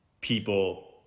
people